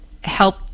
help